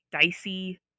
dicey